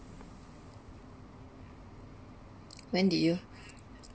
when did you